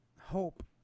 hope